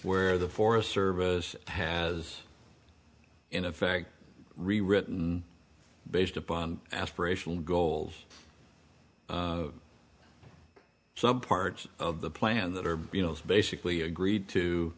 where the forest service has in effect rewritten based upon aspirational goals some parts of the plan that are you know basically agreed to